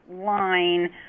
line